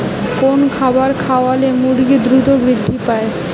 কোন খাবার খাওয়ালে মুরগি দ্রুত বৃদ্ধি পায়?